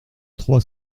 trois